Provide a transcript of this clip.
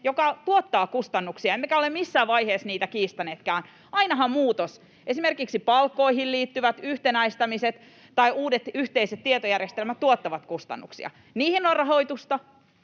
joka tuottaa kustannuksia. Emme ole missään vaiheessa niitä kiistäneetkään. Ainahan muutokset, esimerkiksi palkkoihin liittyvät yhtenäistämiset tai uudet yhteiset tietojärjestelmät, tuottavat kustannuksia. Niihin on rahoitusta,